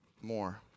more